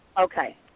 Okay